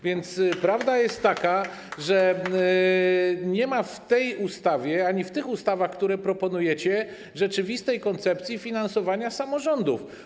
Więc prawda jest taka, że nie ma w tej ustawie ani w tych ustawach, które proponujecie, rzeczywistej koncepcji finansowania samorządów.